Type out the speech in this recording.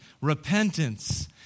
repentance